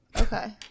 Okay